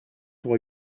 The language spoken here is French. pour